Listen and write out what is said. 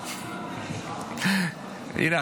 הינה,